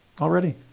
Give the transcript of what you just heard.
already